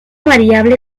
variable